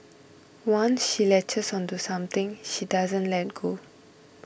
once she latches onto something she doesn't let go